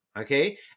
okay